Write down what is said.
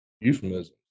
euphemism